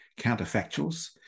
counterfactuals